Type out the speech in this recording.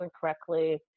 correctly